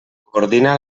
coordina